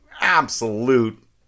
absolute